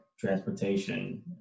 transportation